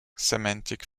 semantic